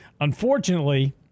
Unfortunately